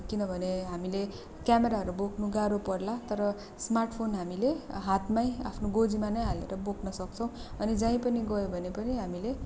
किनभने हामीले क्यामराहरू बोक्नु गाह्रो पर्ला तर स्मार्ट फोन हामीले हातमै आफ्नो गोजीमा नै हालेर बोक्न सक्छौँ अनि जहीँ पनि गयो भने पनि हामीले